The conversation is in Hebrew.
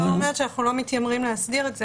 אני כבר אומרת שאנחנו לא מתיימרים להסדיר את זה,